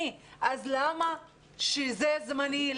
אז אם זה זמני,